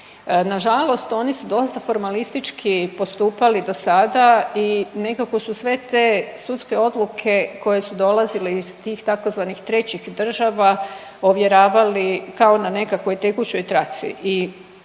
Nažalost oni su dosta formalistički postupali dosada i nekako su sve te sudske odluke koje su dolazile iz tih tzv. trećih država ovjeravali kao na nekakvoj tekućoj traci.